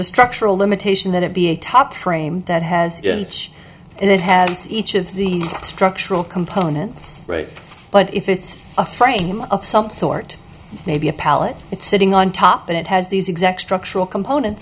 a structural limitation that it be a top frame that has it has each of the structural components right but if it's a frame of some sort maybe a pallet it's sitting on top and it has these exact structural component